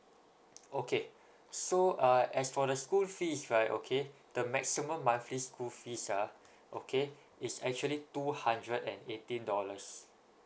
okay so uh as for the school fees right okay the maximum monthly school fees uh okay is actually two hundred and eighteen dollars